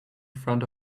front